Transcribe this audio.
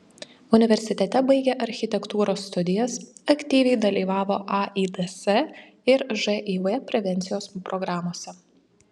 universitete baigė architektūros studijas aktyviai dalyvavo aids ir živ prevencijos programose